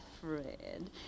Fred